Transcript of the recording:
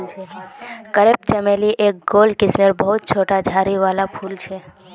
crepe चमेली एक गोल किस्मेर बहुत छोटा झाड़ी वाला फूल छे